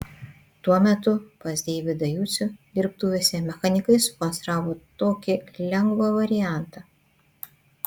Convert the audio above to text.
tuo metu pas deividą jocių dirbtuvėse mechanikai sukonstravo tokį lengvą variantą